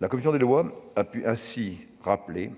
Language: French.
La commission des lois a ainsi pu rappeler